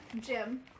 Jim